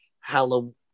halloween